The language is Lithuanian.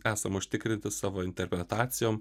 esam užtikrinti savo interpretacijom